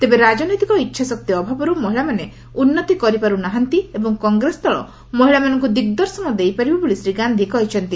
ତେବେ ରାଜନୈତିକ ଇଛାଶକ୍ତି ଅଭାବରୁ ମହିଳାମାନେ ଉନ୍ଦତି କରିପାରୁ ନାହାନ୍ତି ଏବଂ କଂଗ୍ରେସ ଦଳ ମହିଳାମାନଙ୍କୁ ଦିଗ୍ଦର୍ଶନ ଦେଇପାରିବ ବୋଲି ଶ୍ରୀ ଗାନ୍ଧି କହିଛନ୍ତି